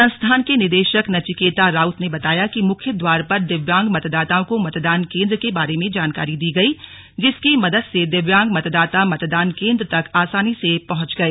संस्थान के निदेशक नचिकेता राउत ने बताया कि मुख्य द्वार पर दिव्यांग मतदाताओं को मतदान केंद्र के बारे में जानकारी दी गई जिसकी मदद से दिव्यांग मतदाता मतदान केंद्र तक आसानी से पहुंच गए